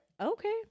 Okay